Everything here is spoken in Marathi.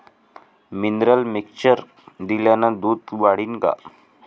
मिनरल मिक्चर दिल्यानं दूध वाढीनं का?